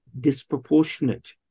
disproportionate